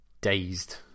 dazed